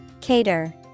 Cater